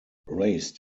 raised